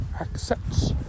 accepts